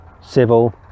civil